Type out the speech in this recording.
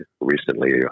recently